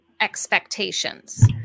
expectations